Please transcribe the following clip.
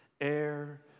air